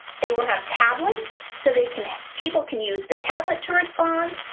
they will have tablets so they can people can use the tablet to respond,